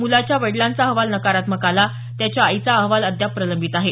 मुलाच्या वडिलांचा अहवाल नकारात्मक आला त्याच्या आईचा अहवाल अद्याप प्रलंबित आहे